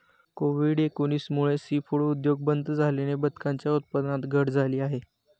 Covid एकोणीस मुळे seafood उद्योग बंद झाल्याने बदकांच्या उत्पादनात घट झाली आहे